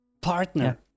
partner